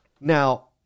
now